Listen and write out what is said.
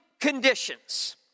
conditions